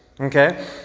Okay